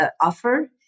offer